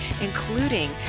including